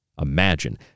Imagine